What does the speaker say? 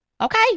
Okay